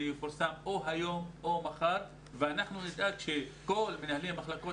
זה יפורסם או היום או מחר ואנחנו נדאג שכל מנהלי מחלקות